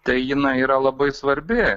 tai jinai yra labai svarbi